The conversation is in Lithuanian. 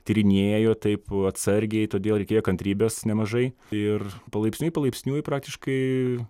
tyrinėjo taip atsargiai todėl reikėjo kantrybės nemažai ir palaipsniui palaipsniui praktiškai